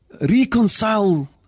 reconcile